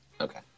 Okay